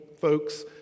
folks